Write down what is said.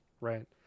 right